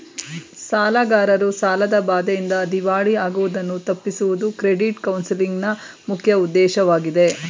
ಸಾಲಗಾರರು ಸಾಲದ ಬಾಧೆಯಿಂದ ದಿವಾಳಿ ಆಗುವುದನ್ನು ತಪ್ಪಿಸುವುದು ಕ್ರೆಡಿಟ್ ಕೌನ್ಸಲಿಂಗ್ ನ ಮುಖ್ಯ ಉದ್ದೇಶವಾಗಿದೆ